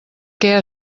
què